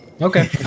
Okay